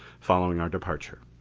following our departure.